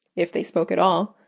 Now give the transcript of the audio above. if they spoke at all,